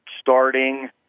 starting